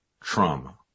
trauma